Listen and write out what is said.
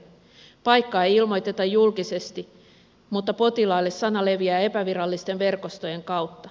paikkaa ei ilmoiteta julkisesti mutta potilaille sana leviää epävirallisten verkostojen kautta